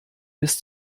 bis